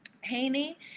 Haney